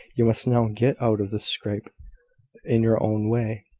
you must now get out of the scrape in your own way.